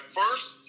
first